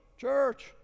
church